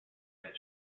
that